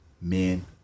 men